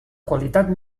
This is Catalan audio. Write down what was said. qualitat